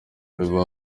biba